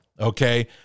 okay